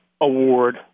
Award